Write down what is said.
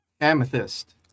Amethyst